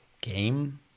game